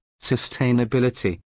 sustainability